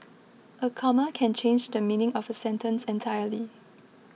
a comma can change the meaning of a sentence entirely